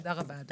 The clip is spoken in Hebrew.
תודה רבה.